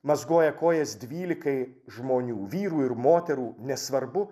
mazgoja kojas dvylikai žmonių vyrų ir moterų nesvarbu